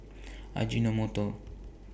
Ajinomoto